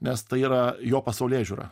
nes tai yra jo pasaulėžiūra